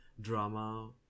drama